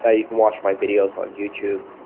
ah you can watch my videos on youtube.